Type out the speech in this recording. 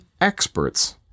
experts